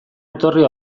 etorri